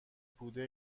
بوده